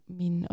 min